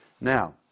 Now